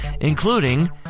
including